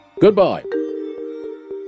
Goodbye